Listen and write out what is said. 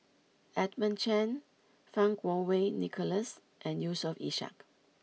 Edmund Chen Fang Kuo Wei Nicholas and Yusof Ishak